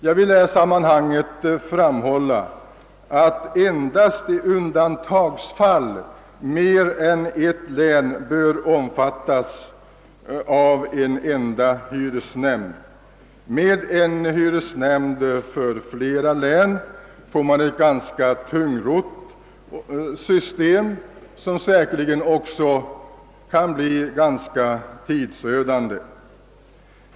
Jag vill i detta sammanhang framhålla att endast i undantagsfall mer än ett län bör omfattas av en enda hyresnämnd. Med en hyresnämnd för flera län får man ett ganska tungrott system, som säkerligen också kan bli rätt tidsödande.